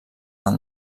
del